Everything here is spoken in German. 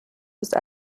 ist